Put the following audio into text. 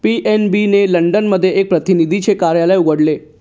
PNB ने London मध्ये एक प्रतिनिधीचे कार्यालय उघडले